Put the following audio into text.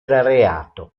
reato